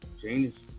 Genius